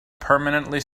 permanently